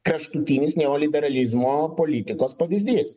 kraštutinis neoliberalizmo politikos pavyzdys